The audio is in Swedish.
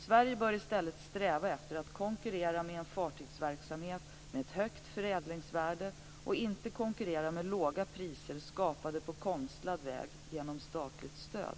Sverige bör i stället sträva efter att konkurrera med en fartygsverksamhet med ett högt förädlingsvärde och inte konkurrera med låga priser skapade på konstlad väg genom statligt stöd.